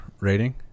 rating